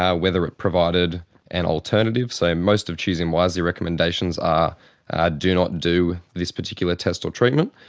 ah whether it provided an alternative. so, and most of choosing wisely recommendations are ah do not do this particular test or treatment,